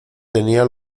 tenía